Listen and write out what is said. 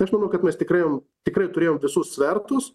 aš manau kad mes tikrai tikrai turėjom visus svertus